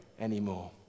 anymore